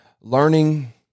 learning